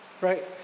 Right